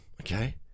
okay